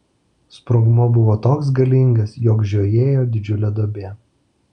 sprogmuo buvo toks galingas jog žiojėjo didžiulė duobė